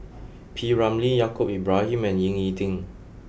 P Ramlee Yaacob Ibrahim and Ying E Ding